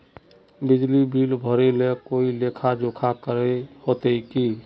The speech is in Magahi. बिजली बिल भरे ले कोई लेखा जोखा करे होते की?